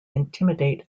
intimidate